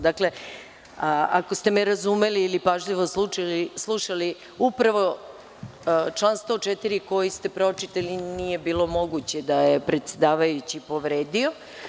Dakle, ako ste me razumeli ili pažljivo slušali, upravo član 104, koji ste pročitali nije bilo moguće da je predsedavajući povredio.